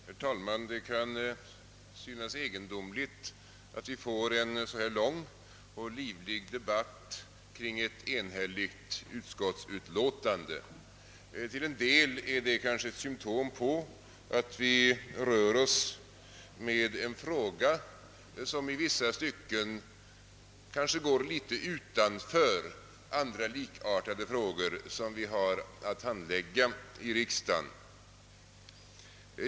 Herr talman! Det kan synas egenidomligt att vi fått en så här lång och livlig debatt kring ett enhälligt utskottsutlåtande. Till en del är det kanske ett symtom på att vi rör oss med en fråga som i vissa stycken kanske går litet utanför andra likartade frågor som vi har att handlägga i riksdagen.